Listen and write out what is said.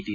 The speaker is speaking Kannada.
ಟಿ